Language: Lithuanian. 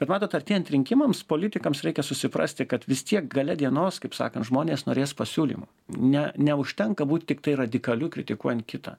bet matot artėjant rinkimams politikams reikia susiprasti kad vis tiek gale dienos kaip sakant žmonės norės pasiūlymų ne neužtenka būt tiktai radikaliu kritikuojant kitą